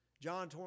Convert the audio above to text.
John